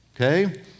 Okay